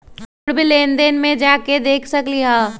पूर्व लेन देन में जाके देखसकली ह?